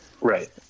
Right